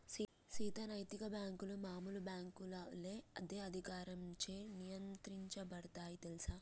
సీత నైతిక బాంకులు మామూలు బాంకుల ఒలే అదే అధికారంచే నియంత్రించబడుతాయి తెల్సా